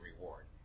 reward